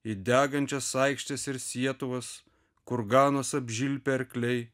į degančias aikštes ir sietuvas kur ganos apžilpę arkliai